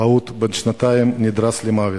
פעוט בן שנתיים נדרס למוות,